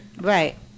Right